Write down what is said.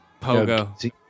Pogo